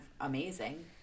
amazing